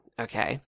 Okay